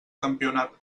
campionat